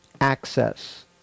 access